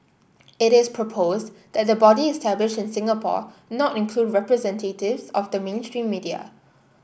it is proposed that the body established in Singapore not include representatives of the mainstream media